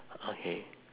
okay